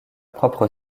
propre